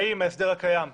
האם ההסדר הקיים יימשך,